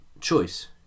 choice